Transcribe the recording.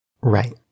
Right